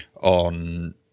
on